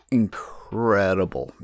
incredible